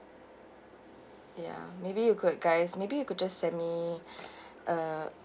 yeah maybe you could guys maybe you could just send me uh